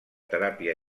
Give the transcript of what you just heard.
teràpia